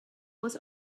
was